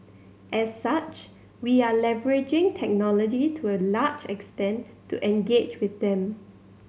as such we are leveraging technology to a large extent to engage with them